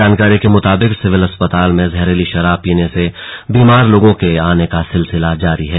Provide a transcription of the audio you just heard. जानकारी के मुताबिक सिविल अस्पताल में जहरीली शराब पीने से बीमार लोगों के आने का सिलसिला जारी है